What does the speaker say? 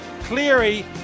Cleary